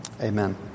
amen